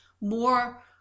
more